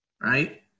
Right